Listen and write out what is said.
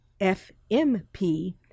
FMP